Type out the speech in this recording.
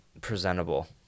presentable